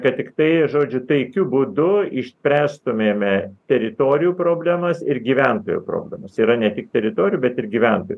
kad tiktai žodžiu taikiu būdu išspręstumėme teritorijų problemas ir gyventojų problemas tai yra ne tik teritorijų bet ir gyventojų